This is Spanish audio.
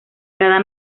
cada